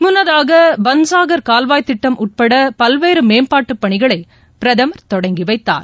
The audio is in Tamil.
முன்னதாகபன்சாகர் கால்வாய் திட்டம் உட்படபல்வேறுமேம்பாட்டுபணிகளைபிரதமர் தொடங்கிவைத்தார்